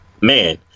man